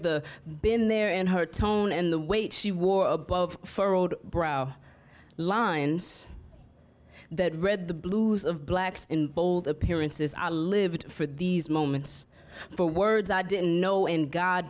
the been there and her tone and the weight she wore above furrowed brow lines that red the blues of blacks in bold appearances i lived for these moments for words i didn't know and god